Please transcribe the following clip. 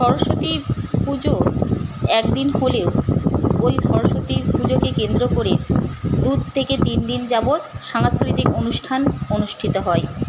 সরস্বতী পুজো একদিন হলেও ওই সরস্বতীর পুজোকে কেন্দ্র করে দু থেকে তিনদিন যাবৎ সাংস্কৃতিক অনুষ্ঠান অনুষ্ঠিত হয়